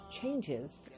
changes